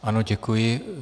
Ano, děkuji.